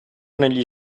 negli